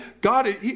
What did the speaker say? God